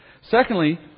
Secondly